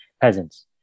peasants